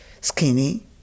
skinny